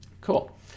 cool